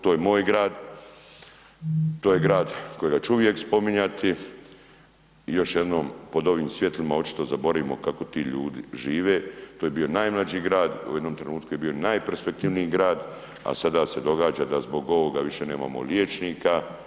To je moj grad, to je grad kojega ću uvijek spominjati i još jednom pod ovim svjetlima očito zaboravimo kako ti ljudi žive, to je bio najmlađi grad, u jednom trenutku je bio najperspektivniji grad, a sada se događa da zbog ovoga više nemamo liječnika.